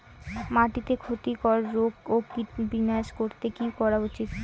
মাটিতে ক্ষতি কর রোগ ও কীট বিনাশ করতে কি করা উচিৎ?